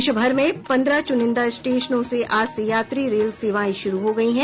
देश भर में पन्द्रह चुनिंदा स्टेशनों से आज से यात्री रेल सेवाएं शुरु हो गयी हैं